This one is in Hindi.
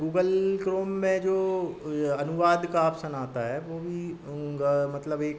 गूगल क्रोम में जो यह अनुवाद का ऑप्सन आता है वह भी ग मतलब एक